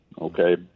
okay